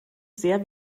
sehr